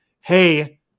hey